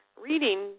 reading